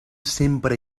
sempre